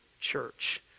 church